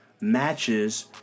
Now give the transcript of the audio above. matches